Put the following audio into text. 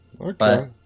Okay